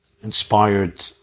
inspired